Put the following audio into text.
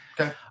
Okay